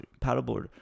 paddleboard